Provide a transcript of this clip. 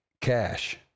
Cash